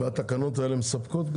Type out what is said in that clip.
והתקנות האלה מספקות,